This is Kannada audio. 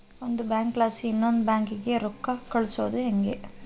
ಒಂದು ಬ್ಯಾಂಕ್ಲಾಸಿ ಇನವಂದ್ ಬ್ಯಾಂಕಿಗೆ ರೊಕ್ಕ ಕಳ್ಸೋದು ಯಂಗೆ